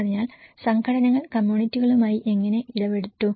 അതിനാൽ സംഘടനകൾ കമ്മ്യൂണിറ്റികളുമായി എങ്ങനെ ഇടപെട്ടു